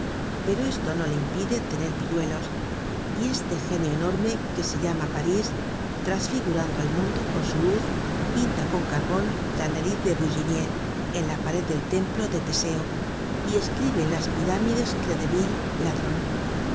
pero esto no le impide tener pilludos y este genio enorme que se llama parís trasfigurando el mundo con su luz pinta con carbon la nariz de bouginier en la pared del templo de teseo y escribe en las pirámides credeville ladron